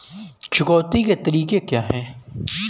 चुकौती के तरीके क्या हैं?